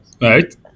Right